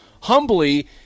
humbly